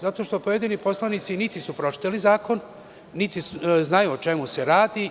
Zato što pojedini poslanici niti su pročitali zakon, niti znaju o čemu se radi.